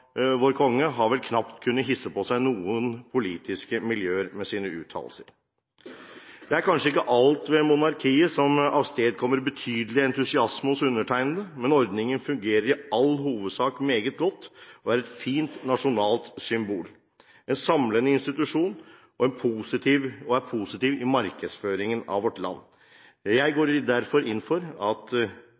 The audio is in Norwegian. vår konge har vel knapt kunnet hisse på seg noen politiske miljøer med sine uttalelser. Det er kanskje ikke alt ved monarkiet som avstedkommer betydelig entusiasme hos undertegnede, men ordningen fungerer i all hovedsak meget godt og er et fint nasjonalt symbol. Det er en samlende institusjon, og den er positiv i markedsføringen av vårt land. Jeg går derfor inn for at